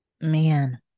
Man